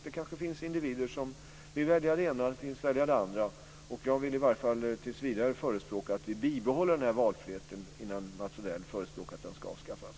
Det kanske finns individer som väljer det ena och individer som väljer det andra. Och jag vill i varje fall tills vidare förespråka att vi bibehåller denna valfrihet innan Mats Odell förespråkar att den ska avskaffas.